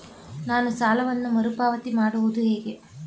ನಾನು ಸಾಲವನ್ನು ಮರುಪಾವತಿ ಮಾಡುವುದು ಹೇಗೆ?